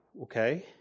okay